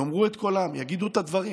ישמיעו את קולם, יגידו את הדברים.